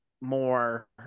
more